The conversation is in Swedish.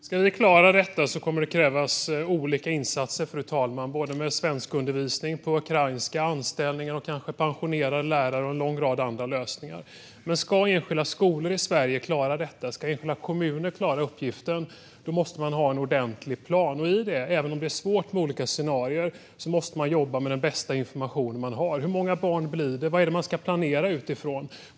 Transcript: Fru talman! Ska vi klara detta kommer det att krävas olika insatser - svenskundervisning på ukrainska, anställningar, kanske nyanställning av pensionerade lärare och en lång rad andra lösningar. Ska enskilda skolor i Sverige klara detta, ska enskilda kommuner klara uppgiften, måste man ha en ordentlig plan. I detta måste man, även om det är svårt med olika scenarier, jobba med den bästa informationen man har. Hur många barn blir det? Vad är det man ska planera utifrån?